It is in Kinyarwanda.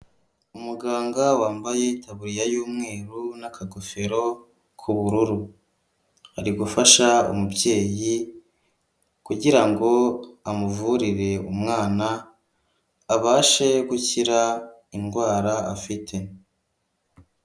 Umuganga wambaye itaburiya y'umweru n'akagofero k'ubururu, arigufasha umubyeyi kugira ngo amuvurire umwana abashe gukira indwara afite.